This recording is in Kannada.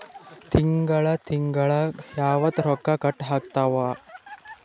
ತಿಂಗಳ ತಿಂಗ್ಳ ಯಾವತ್ತ ರೊಕ್ಕ ಕಟ್ ಆಗ್ತಾವ?